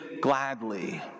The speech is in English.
gladly